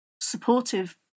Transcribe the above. supportive